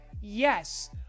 yes